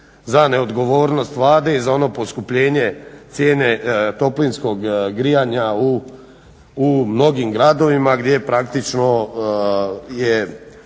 za neodgovornost Vlade i za ono poskupljenje cijene toplinskog grijanja u mnogim gradovima gdje praktično je